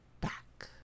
back